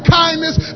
kindness